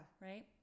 Right